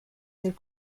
del